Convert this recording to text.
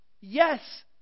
yes